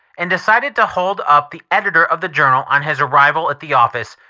and decided to hold up the editor of the journal on his arrival at the office.